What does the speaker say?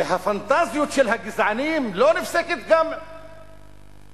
והפנטזיה של הגזענים לא נפסקת עם סיום